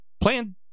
playing